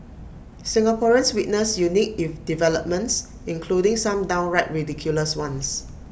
Singaporeans witnessed unique developments including some downright ridiculous ones